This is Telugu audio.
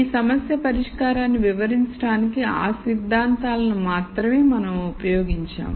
ఈ సమస్య పరిష్కారాన్ని వివరించడానికి ఆ సిద్ధాంతాలను మాత్రమే మనం ఉపయోగించాము